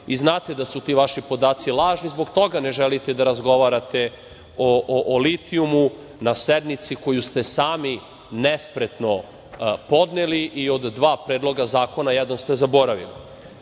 i znate da su ti vaši podaci lažni, zbog toga ne želite da razgovarate o litijumu na sednici koju ste sami nespretno podneli i od dva predloga zakona jedan ste zaboravili. Sa